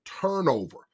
turnover